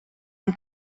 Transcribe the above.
amb